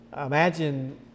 imagine